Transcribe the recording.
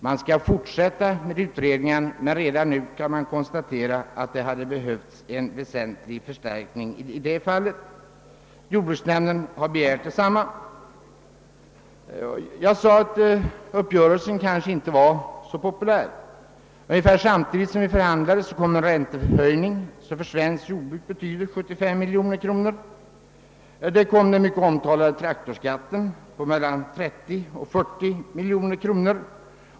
Man skall fortsätta med utredningen, men redan nu kan vi konstatera att det hade behövts en väsentlig förstärkning i det fallet, och jordbruksnämnden har begärt detta. Jag sade att uppgörelsen kanske inte var så populär. Samtidigt som vi förhandlade kom en räntehöjning, som betydde 75 miljoner kronor för det svenska jordbruket. Sedan kom den mycket omtalade traktorskatten, som kostar mellan 30 och 40 miljoner kronor.